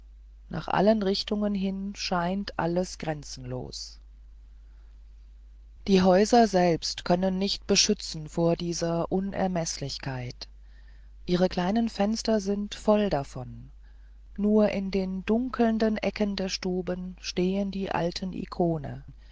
nach allen richtungen hin scheint alles grenzenlos die häuser selbst können nicht beschützen vor dieser unermeßlichkeit ihre kleinen fenster sind voll davon nur in den dunkelnden ecken der stuben stehen die alten ikone